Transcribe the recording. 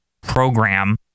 program